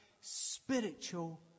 spiritual